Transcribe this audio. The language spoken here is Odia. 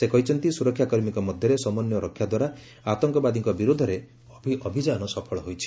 ସେ କହିଛନ୍ତି ସୁରକ୍ଷା କର୍ମୀଙ୍କ ମଧ୍ୟରେ ସମନ୍ୱୟ ରକ୍ଷାଦ୍ୱାରା ଆତଙ୍କବାଦୀଙ୍କ ବିରୋଧରେ ଅଭିଯାନ ସଫଳ ହୋଇଛି